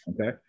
Okay